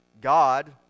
God